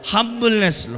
Humbleness